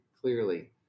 clearly